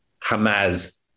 Hamas